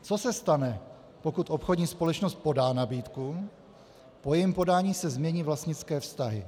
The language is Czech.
Co se stane, pokud obchodní společnost podá nabídku, po jejím podání se změní vlastnické vztahy?